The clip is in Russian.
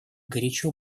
горячо